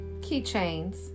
keychains